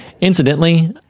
Incidentally